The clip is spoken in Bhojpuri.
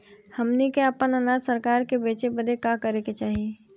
हमनी के आपन अनाज सरकार के बेचे बदे का करे के चाही?